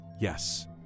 Yes